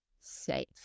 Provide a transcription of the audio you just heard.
safe